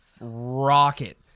rocket